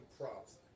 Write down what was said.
props